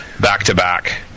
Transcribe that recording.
back-to-back